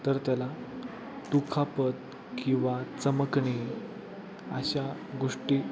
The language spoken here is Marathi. तर त्याला दुखापत किंवा चमकणे अशा गोष्टी